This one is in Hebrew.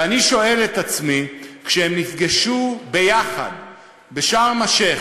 ואני שואל את עצמי, כשהם נפגשו ביחד בשארם-א-שיח',